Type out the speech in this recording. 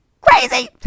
crazy